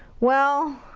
well.